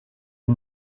est